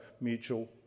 mutual